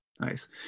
nice